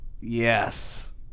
yes